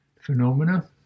Phenomena